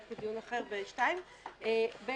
לדיון אחר בשעה 14:00. אני רוצה לשאול